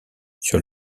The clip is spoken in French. sur